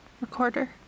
recorder